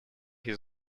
his